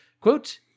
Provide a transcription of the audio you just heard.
Quote